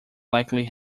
likely